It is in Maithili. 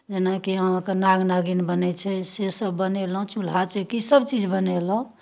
जेनाकि अहाँकेँ नाग नागिन बनै छै सेसभ बनेलहुँ चूल्हा चेकी सभचीज बनेलहुँ